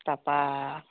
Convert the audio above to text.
তাৰপৰা